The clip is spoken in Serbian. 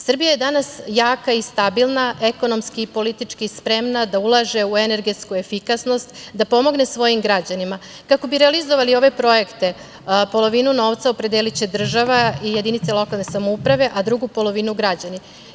Srbija je danas jaka i stabilna, ekonomski i politički spremna da ulaže u energetsku efikasnost, da pomogne svojim građanima, kako bi realizovali svoje projekte, polovinu novca opredeliće država i jedinice lokalne samouprave, a drugu polovinu građani.